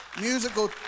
musical